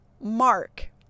mark